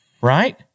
Right